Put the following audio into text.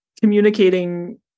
communicating